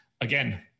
Again